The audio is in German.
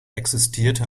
existierte